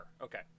Okay